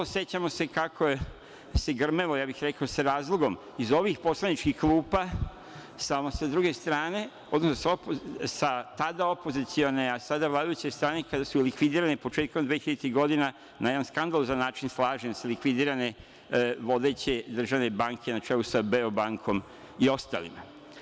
Sećamo se kako se grmelo, ja bih rekao sa razlogom, iz ovih poslaničkih klupa samo sa druge strane, odnosno sa tada opozicione, a sada vladajuće strane kada su likvidirani početkom dvehiljaditih godina na jedan skandalozan način, slažem se, likvidirane vodeće državne banke na čelu sa „Beobankom“ i ostalima.